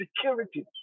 security